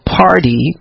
party